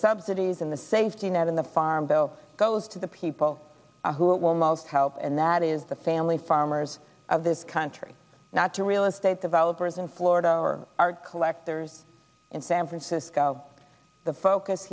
subsidies in the safety net in the farm bill goes to the people who it will most help and that is the family farmers of this country not to real estate developers in florida or art collectors in san francisco the focus